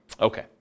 Okay